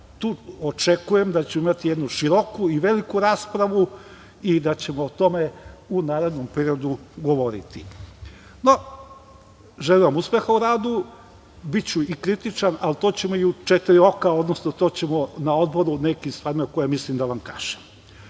Tu očekujem da ćemo imati jednu široku i veliku raspravu i da ćemo o tome u narednom periodu govoriti.No, želim vam uspeh u radu. Biću i kritičan, ali to ćemo u četiri oka, odnosno na Odboru ćemo o nekim stvarima koje mislim da vam kažem. Sada